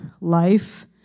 life